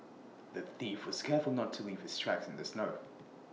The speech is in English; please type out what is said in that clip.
the thief was careful not to leave his tracks in the snow